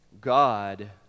God